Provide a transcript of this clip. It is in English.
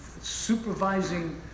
supervising